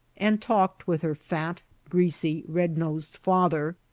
and talked with her fat, greasy, red-nosed father,